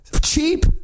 Cheap